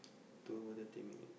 two hour thirty minute